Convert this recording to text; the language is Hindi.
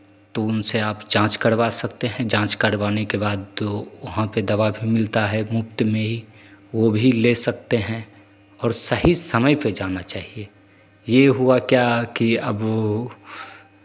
तो उनसे आप जांच करवा सकते हैं जांच करवाने के बाद तो वहाँ पे दवा भी मिलता है मुफ्त में ही वो भी ले सकते हैं और सही समय पर जाना चाहिए ये हुआ क्या कि अब वो